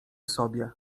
sobie